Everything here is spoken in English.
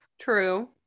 True